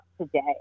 today